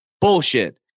Bullshit